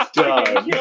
done